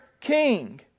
king